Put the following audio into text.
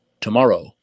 tomorrow